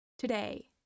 Today